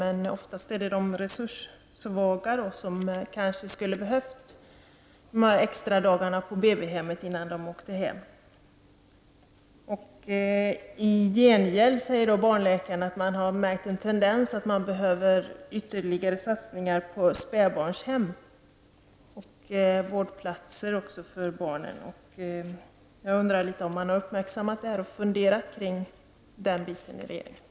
Men oftast är det just de resurssvaga som skulle ha behövt ha extra dagar på BB innan de åker hem som får åka hem tidigt. I gengäld, säger barnläkararna, har man märkt att det behövs ytterligare satsningar på spädbarnshem och vårdplatser för barn. Jag undrar om detta har uppmärksammats av regeringen och om regeringen funderat på denna fråga.